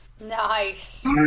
Nice